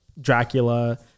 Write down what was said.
Dracula